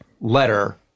Letter